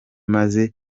maze